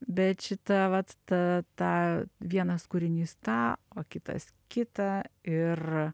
bet šita vat ta ta vienas kūrinys tą o kitas kitą ir